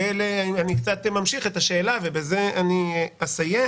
אני קצת ממשיך את השאלה ובזה אני אסיים,